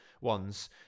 ones